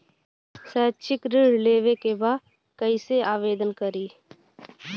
शैक्षिक ऋण लेवे के बा कईसे आवेदन करी?